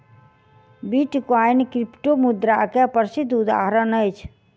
bitcoin क्रिप्टोमुद्रा के प्रसिद्ध उदहारण अछि